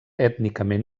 ètnicament